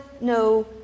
no